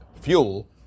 fuel